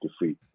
defeat